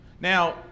Now